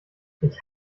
ich